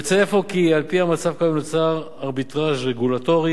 יוצא אפוא כי על-פי המצב כיום נוצר ארביטראז' רגולטורי